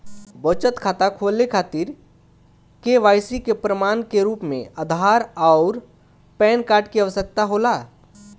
बचत खाता खोले खातिर के.वाइ.सी के प्रमाण के रूप में आधार आउर पैन कार्ड की आवश्यकता होला